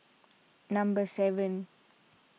number seven